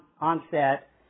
onset